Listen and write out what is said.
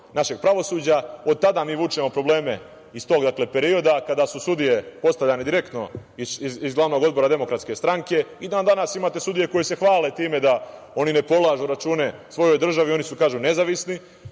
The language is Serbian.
našeg pravosuđa. Od tada mi vučemo probleme iz tog perioda kada su sudije postavljane direktno iz glavnom odbora DS i danas imate sudije koje se hvale da oni ne polažu račune svojoj državi, oni su kažu nezavisni,